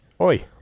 Oi